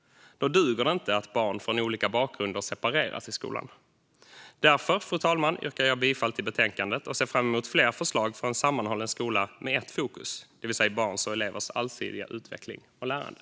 Då duger det inte att barn från olika bakgrunder separeras i skolan. Därför, fru talman, yrkar jag bifall till förslaget i betänkandet och ser fram emot fler förslag för en sammanhållen skola med ett fokus, det vill säga barns och elevers allsidiga utveckling och lärande.